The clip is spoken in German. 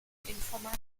informativ